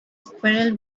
squirrel